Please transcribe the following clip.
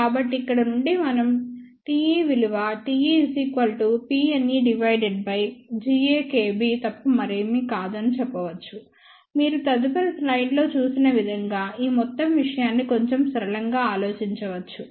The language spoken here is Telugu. కాబట్టి ఇక్కడ నుండి మనం Te విలువ TePneGakB తప్ప మరేమి కాదు అని చెప్పవచ్చు మీరు తదుపరి స్లైడ్లో చూపిన విధంగా ఈ మొత్తం విషయాన్ని కొంచెం సరళంగా ఆలోచించవచ్చు